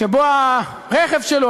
שבו הרכב שלו,